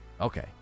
Okay